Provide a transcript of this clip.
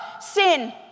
sin